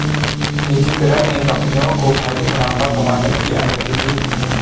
निजीकरण ने कंपनियों को भारी मुनाफा कमाने की अनुमति दी